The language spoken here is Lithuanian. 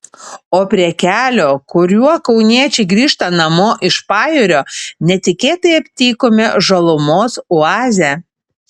o prie kelio kuriuo kauniečiai grįžta namo iš pajūrio netikėtai aptikome žalumos oazę